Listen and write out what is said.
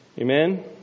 Amen